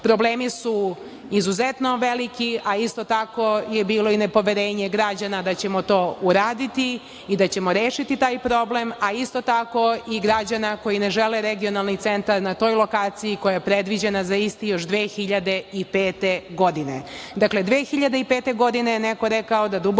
Problemi su izuzetno veliki, a isto tako je bilo i nepoverenje građana da ćemo to uraditi i da ćemo rešiti taj problem, a isto tako i građana koji ne žele regionalni centar na toj lokaciji, koja je predviđena za isti još 2005. godine.